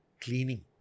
cleaning